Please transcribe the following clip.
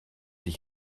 ich